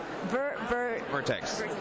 Vertex